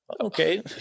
okay